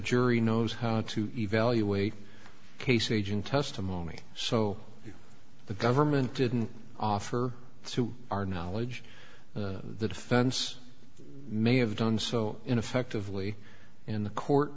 jury knows how to evaluate case agent testimony so the government didn't offer to our knowledge the defense may have done so in effect of we in the court